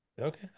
Okay